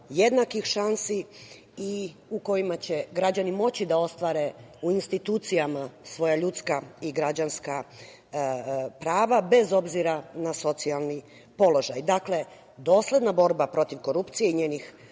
šansi u kom će građani moći da ostvare u institucijama svoja ljudska i građanska prava, bez obzira na socijalni položaj. Dakle, dosledna borba protiv korupcije i njenih